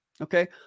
Okay